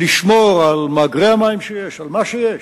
לשמור על מאגרי המים שיש, על מה שיש.